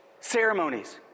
ceremonies